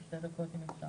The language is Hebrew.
אז הסבר של 2 דקות אם אפשר.